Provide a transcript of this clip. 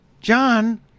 John